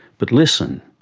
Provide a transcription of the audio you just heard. but listen,